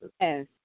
Yes